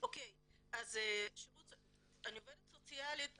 אני עובדת סוציאלית